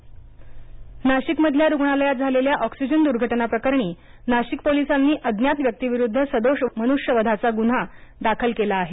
नाशिक दर्घटना नाशिक नाशिकमधल्या रुग्णालयात झालेल्या ऑक्सिजन दुर्घटना प्रकरणी नाशिक पोलिसांनी अज्ञात व्यकीविरुद्ध सदोष मनृष्यवधाचा गुन्हा दाखल केला आहे